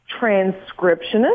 transcriptionist